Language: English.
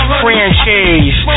franchise